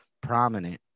prominent